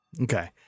Okay